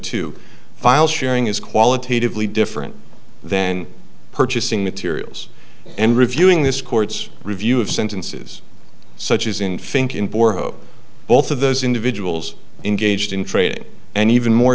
to file sharing is qualitatively different than purchasing materials and reviewing this court's review of sentences such as in finck in both of those individuals engaged in trade and even more